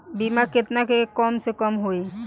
बीमा केतना के कम से कम होई?